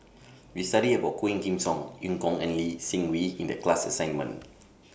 We studied about Quah Kim Song EU Kong and Lee Seng Wee in The class assignment